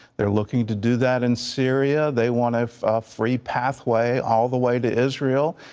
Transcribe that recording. they are looking to do that in syria. they want a free pathway all the way to israel.